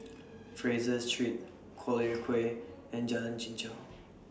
Fraser Street Collyer Quay and Jalan Chichau